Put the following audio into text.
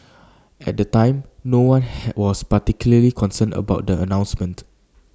at the time no one was particularly concerned about the announcement